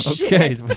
okay